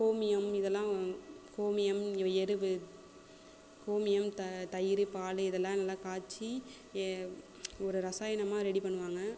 கோமியம் இதெல்லாம் கோமியம் இந்த எரு கோமியம் தயிர் பால் இதெல்லாம் நல்லா காய்ச்சி ஒரு ரசாயனமாக ரெடி பண்ணுவாங்க